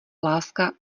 láska